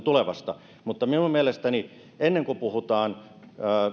tulevasta mutta minun mielestäni ennen kuin puhutaan